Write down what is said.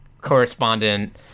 correspondent